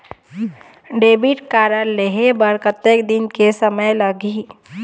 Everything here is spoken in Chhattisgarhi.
डेबिट कारड लेहे बर कतेक दिन के समय लगही?